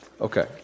Okay